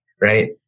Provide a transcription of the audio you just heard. right